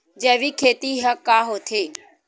जैविक खेती ह का होथे?